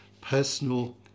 personal